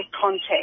context